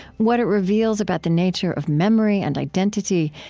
what it reveals about the nature of memory and identity,